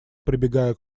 прибегая